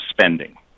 spending